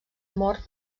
mort